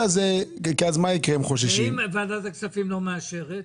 ואם ועדת הכספים לא מאשרת?